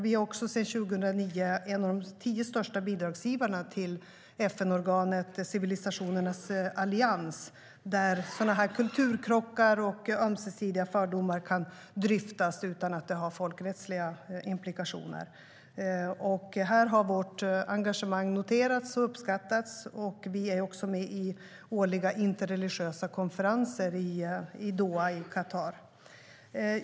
Vi är också sedan 2009 en av de tio största bidragsgivarna till FN-organet Civilisationernas allians där kulturkrockar och ömsesidiga fördomar kan dryftas utan att det har folkrättsliga implikationer. Här har vårt engagemang noterats och uppskattats. Vi är också med i årliga interreligiösa konferenser i Doha i Qatar.